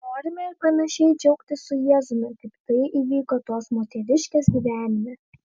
norime panašiai džiaugtis su jėzumi kaip tai įvyko tos moteriškės gyvenime